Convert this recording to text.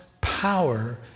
power